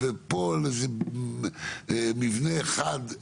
ופה, על איזה מבנה אחד,